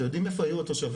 אתם יודעים איפה היו התושבים?